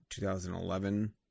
2011